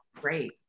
Great